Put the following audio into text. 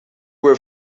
were